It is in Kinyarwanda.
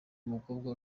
umukobwa